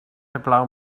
heblaw